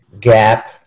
gap